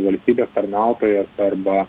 valstybės tarnautojas arba